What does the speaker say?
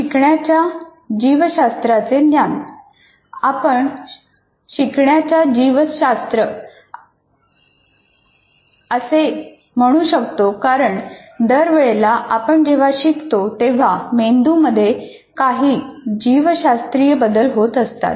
शिकण्याच्या जीवशास्त्राचे ज्ञान आपण शिकण्याचे जीवशास्त्र असे म्हणू शकतो कारण पण दर वेळेला आपण जेव्हा शिकतो तेव्हा मेंदूमध्ये काही जीवशास्त्रीय बदल होत असतात